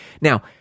Now